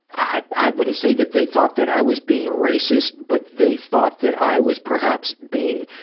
i, i wouldn't say that they thought that i was being racist, but they thought that i was perhaps being,